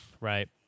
Right